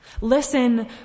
Listen